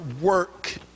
work